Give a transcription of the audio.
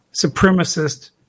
supremacist